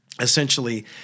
essentially